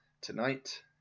tonight